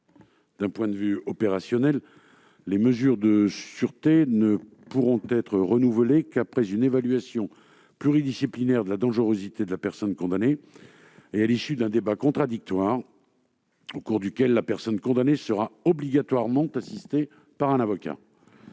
D'un point de vue opérationnel, les mesures de sûreté ne pourront être renouvelées qu'après une évaluation pluridisciplinaire de la dangerosité de la personne condamnée et à l'issue d'un débat contradictoire, au cours duquel celle-ci sera obligatoirement assistée d'un avocat.